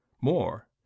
More